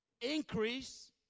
Increase